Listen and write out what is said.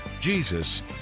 Jesus